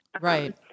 Right